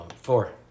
Four